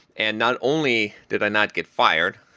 and not only did i not get fired,